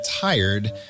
tired